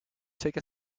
take